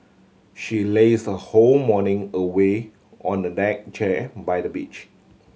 she laze her whole morning away on the deck chair by the beach